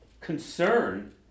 concern